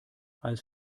als